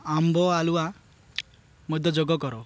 ଆମ୍ବ ଆଲୁଆ ମଧ୍ୟ ଯୋଗ କର